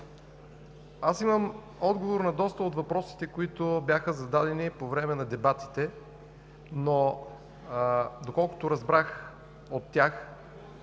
Аз имам отговор на доста от въпросите, които бяха зададени по време на дебатите, но доколкото разбрах от тях,